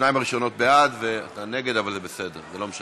אני קובע